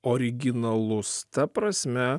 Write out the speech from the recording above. originalus ta prasme